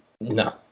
No